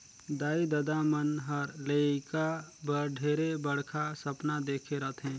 दाई ददा मन हर लेइका बर ढेरे बड़खा सपना देखे रथें